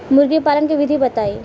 मुर्गी पालन के विधि बताई?